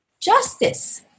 justice